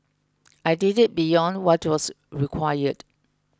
I did it beyond what was required